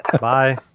Bye